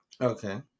Okay